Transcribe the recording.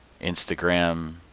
Instagram